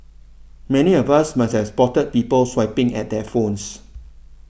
many of us must has spotted people swiping at their phones